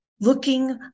looking